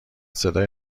صدای